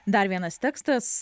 dar vienas tekstas